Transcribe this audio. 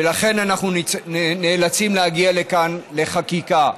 ולכן אנחנו נאלצים להגיע לכאן לחקיקה.